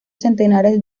centenares